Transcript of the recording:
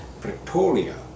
Pretoria